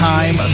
Time